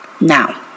Now